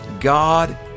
God